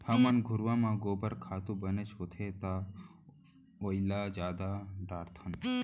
हमन घुरूवा म गोबर खातू बनेच होथे त ओइला जादा डारथन